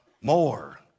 more